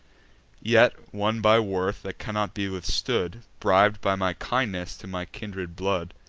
yet, won by worth that cannot be withstood, brib'd by my kindness to my kindred blood,